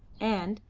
and,